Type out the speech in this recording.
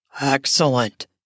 Excellent